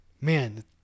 Man